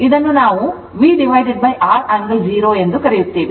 ಇದನ್ನು ನಾವು VR angle 0 ಎಂದು ಕರೆಯುತ್ತೇವೆ